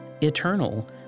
eternal